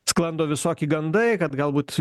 sklando visoki gandai kad galbūt